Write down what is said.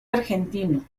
argentino